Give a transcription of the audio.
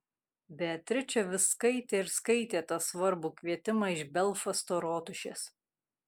beatričė vis skaitė ir skaitė tą svarbų kvietimą iš belfasto rotušės